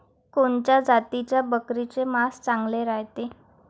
कोनच्या जातीच्या बकरीचे मांस चांगले रायते?